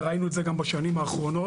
וראינו את זה גם בשנים האחרונות,